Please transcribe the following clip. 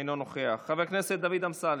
אינו נוכח, חבר הכנסת דוד אמסלם,